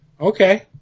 Okay